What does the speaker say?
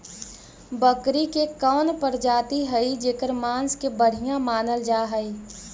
बकरी के कौन प्रजाति हई जेकर मांस के बढ़िया मानल जा हई?